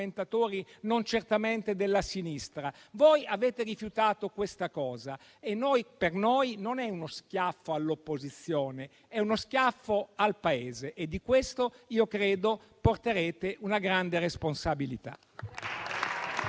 non certamente della sinistra. Voi avete rifiutato questa cosa e per noi è uno schiaffo non all'opposizione, ma al Paese e di questo credo porterete una grande responsabilità.